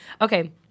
Okay